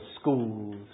schools